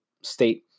state